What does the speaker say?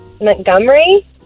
Montgomery